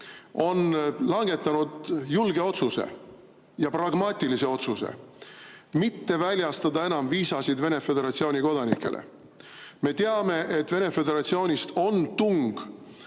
on langetanud julge ja pragmaatilise otsuse: mitte väljastada enam viisasid Venemaa Föderatsiooni kodanikele. Me teame, et Venemaa Föderatsioonist on tung